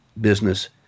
business